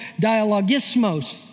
dialogismos